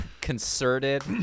Concerted